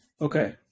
Okay